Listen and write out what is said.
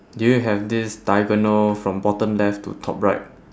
do you have this diagonal from bottom left to top right